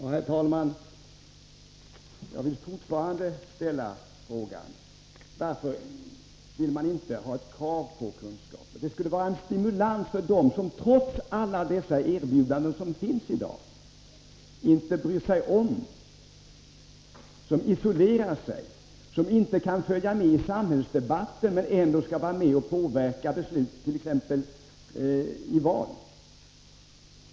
Herr talman! Jag vill fortfarande ställa frågan: Varför vill man inte ha ett krav på kunskaper? Det skulle vara en stimulans för dem som trots alla de erbjudanden som görs i dag inte bryr sig om, som isolerar sig, som inte kan följa med i samhällsdebatten men som ändå skall vara med och påverka besluten, t.ex. i val.